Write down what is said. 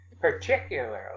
particularly